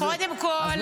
אתה לא יכול לדבר על זה.